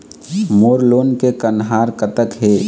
मोर loan के कन्हार कतक हे?